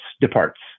departs